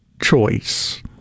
choice